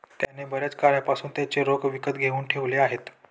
त्याने बर्याच काळापासून त्याचे रोखे विकत घेऊन ठेवले आहेत